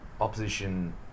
opposition